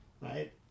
Right